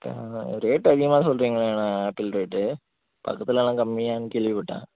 ம் ரேட்டு அதிகமா சொல்றீங்களேண்ணெ ஆப்பிள் ரேட்டு பக்கத்துலலாம் கம்மியானு கேள்விப்பட்டேன்